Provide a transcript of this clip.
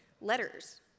letters